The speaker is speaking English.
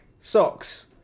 Socks